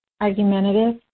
argumentative